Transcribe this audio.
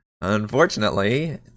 Unfortunately